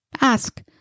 Ask